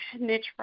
niche